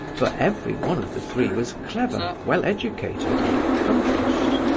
for every one of the three was clever, well educated, and accomplished.